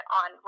on